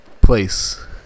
place